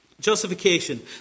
justification